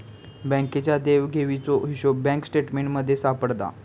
बँकेच्या देवघेवीचो हिशोब बँक स्टेटमेंटमध्ये सापडता